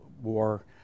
War